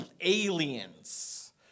aliens